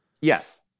Yes